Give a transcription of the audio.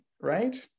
right